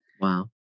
Wow